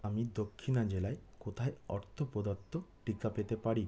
আমি দক্ষিণা জেলায় কোথায় অর্থ প্রদত্ত টিকা পেতে পারি